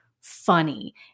funny